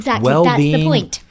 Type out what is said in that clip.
well-being